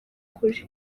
kuri